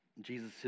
Jesus